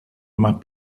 más